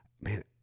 man